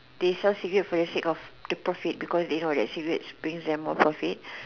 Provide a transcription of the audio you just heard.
they sell cigarettes for the sake of the profit because they know that cigarette brings them more profit